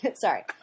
Sorry